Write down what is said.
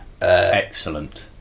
Excellent